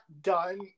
done